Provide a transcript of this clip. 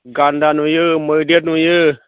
गान्दा नुयो मैदेर नुयो